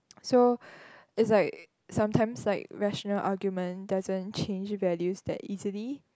so is like sometimes like rational argument doesn't change values that easily